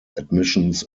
admissions